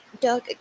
dog